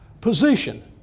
Position